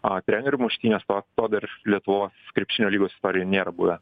a trenerių muštynės tos to dar lietuvos krepšinio lygos istorijoj nėra buvę